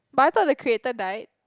but I thought the creator died